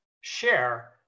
share